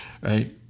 Right